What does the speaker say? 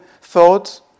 thoughts